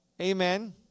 Amen